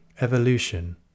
Evolution